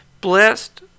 blessed